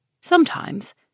Sometimes